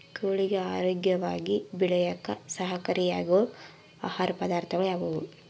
ಕೋಳಿಗೆ ಆರೋಗ್ಯವಾಗಿ ಬೆಳೆಯಾಕ ಸಹಕಾರಿಯಾಗೋ ಆಹಾರ ಪದಾರ್ಥಗಳು ಯಾವುವು?